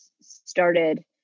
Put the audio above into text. started